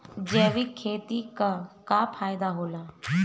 जैविक खेती क का फायदा होला?